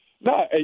No